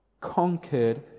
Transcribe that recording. conquered